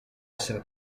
essere